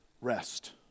rest